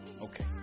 Okay